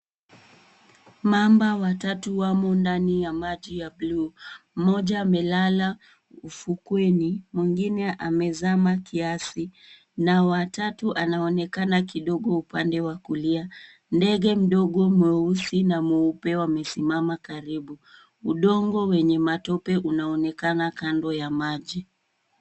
Mamba watatu wamo ndani ya maji ya buluu. Mmoja amelala mfukeni, mwingine amezama kiasi na watau anaonekana kidogo upande wa kulia. Ndege mdogo mweusi na mweupe wamesimama karibu. Udongo wenye matope unaonekana kando ya maji.